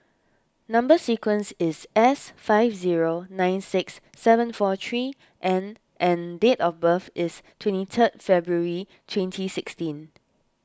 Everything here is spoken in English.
Number Sequence is S five zero nine six seven four three N and date of birth is twenty three February twenty sixteen